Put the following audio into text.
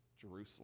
Jerusalem